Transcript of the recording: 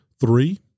Three